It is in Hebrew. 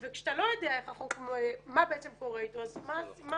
וכשאתה לא יודע מה בעצם קורה עם החוק,